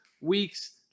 weeks